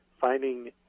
finding